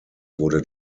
wurde